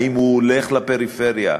האם הוא הולך לפריפריה,